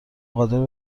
قادر